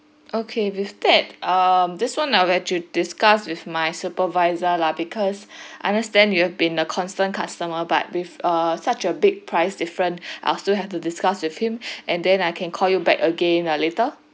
okay with that um this [one] ah I'll have to discuss with my supervisor lah because I understand you have been a constant customer but with uh such a big price different I'll still have to discuss with him and then I can call you back again later